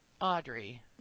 Audrey